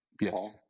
Yes